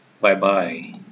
Bye-bye